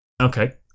okay